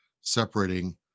separating